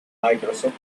microsoft